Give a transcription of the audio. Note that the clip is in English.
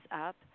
up